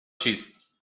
چیست